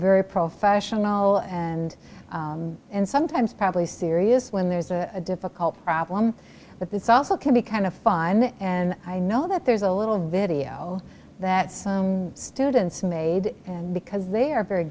very professional and sometimes probably serious when there's a difficult problem but it's also can be kind of fun and i know that there's a little video that some students made and because they are very